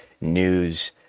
news